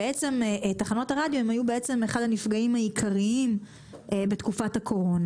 תחנות הרדיו היו אחד הנפגעים העיקריים בתקופת הקורונה.